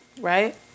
Right